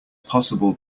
possible